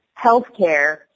healthcare